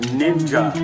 ninja